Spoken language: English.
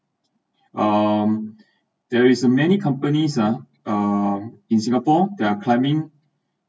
um there is a many companies ah um in singapore they are claiming